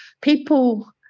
people